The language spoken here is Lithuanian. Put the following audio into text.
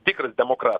tikras demokratas